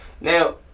now